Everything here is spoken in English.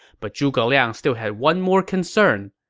but zhuge liang still had one more concern.